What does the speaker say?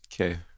okay